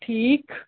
ٹھیٖک